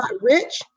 rich